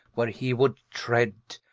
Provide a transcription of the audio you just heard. where hee would tread,